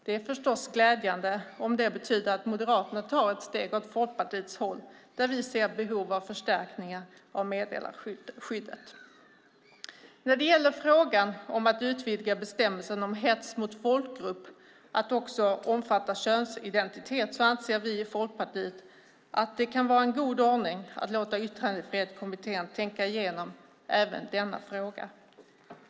Det är förstås glädjande om det betyder att Moderaterna tar ett steg åt Folkpartiets håll där vi ser behov av förstärkningar av meddelarskyddet. När det gäller frågan om att utvidga bestämmelsen om hets mot folkgrupp så att den också ska omfatta könsidentitet anser vi i Folkpartiet att det kan vara en god ordning att låta Yttrandefrihetskommittén tänka igenom även denna fråga.